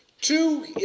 Two